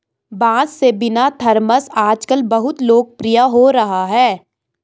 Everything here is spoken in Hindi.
बाँस से बना थरमस आजकल बहुत लोकप्रिय हो रहा है